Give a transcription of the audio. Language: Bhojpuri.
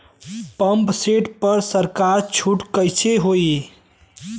पंप सेट पर सरकार छूट कईसे होई?